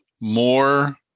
more